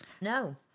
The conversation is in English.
No